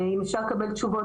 אם אפשר לקבל תשובות,